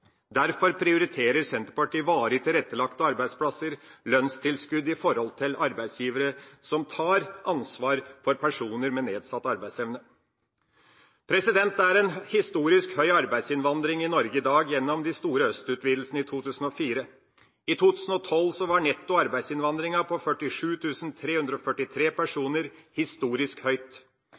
Derfor prioriterer Senterpartiet varig tilrettelagte arbeidsplasser og lønnstilskudd overfor arbeidsgivere som tar ansvar for personer med nedsatt arbeidsevne. Det er en historisk høy arbeidsinnvandring i Norge i dag gjennom de store østutvidelsene i 2004. I 2012 var netto arbeidsinnvandring på 47 343 personer – historisk høyt.